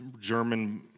German